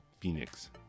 Phoenix